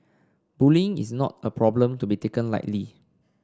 bullying is not a problem to be taken lightly